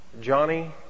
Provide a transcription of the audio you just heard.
Johnny